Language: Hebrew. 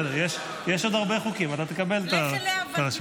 יש עוד הרבה חוקים, תקבל את הרשות.